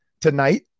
tonight